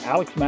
Alex